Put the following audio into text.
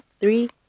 three